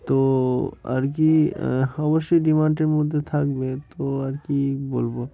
তো আর কি অবশ্যই ডিমান্ডের মধ্যে থাকবে তো আর কী বলব